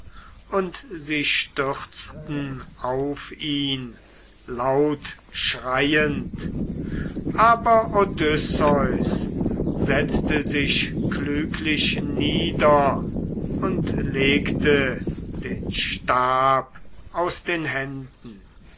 und sie stürzten auf ihn lautschreiend aber odysseus setzte sich klüglich nieder und legte den stab aus den händen